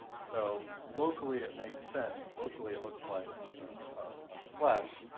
so locally it makes sense, locally it looks like a flesh,